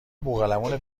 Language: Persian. بوقلمون